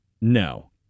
No